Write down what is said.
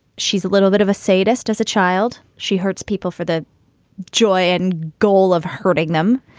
she's a little bit of a sadist as a child. she hurts people for the joy and goal of hurting them.